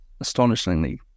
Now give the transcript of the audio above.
astonishingly